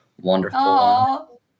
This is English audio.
wonderful